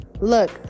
Look